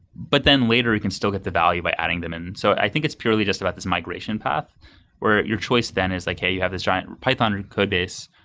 but then later, you can still get the value by adding them in. so, i think it's purely just about this migration path where your choice then is like, hey, you have this giant python and codebase.